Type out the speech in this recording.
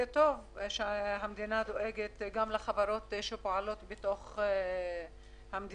זה טוב שהמדינה דואגת גם לחברות שפועלות בתוך המדינה,